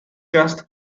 crust